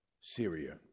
Syria